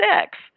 six